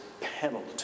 penalty